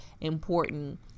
important